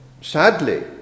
sadly